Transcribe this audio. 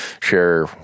share